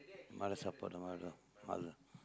mother support the mother father